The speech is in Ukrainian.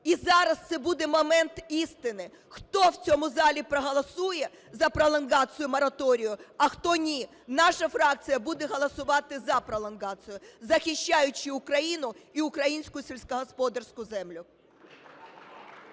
І зараз це буде момент істини: хто в цьому залі проголосує за пролонгацію мораторію, а хто ні. Наша фракція буде голосувати за пролонгацію, захищаючи Україну і українську сільськогосподарську землю.